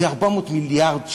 זה 400 מיליארד שקל.